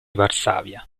varsavia